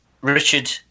Richard